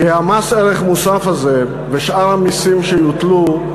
כי מס הערך המוסף הזה, ושאר המסים שיוטלו,